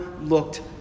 looked